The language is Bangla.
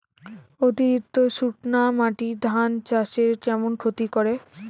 অতিরিক্ত শুকনা মাটি ধান চাষের কেমন ক্ষতি করে?